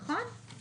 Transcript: נכון?